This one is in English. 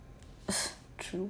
that's true